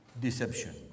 deception